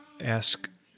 ask